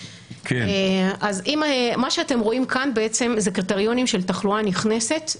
מה שאתם רואים כאן אלה קריטריונים של תחלואה נכנסת.